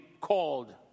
called